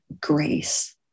grace